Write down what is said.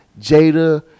jada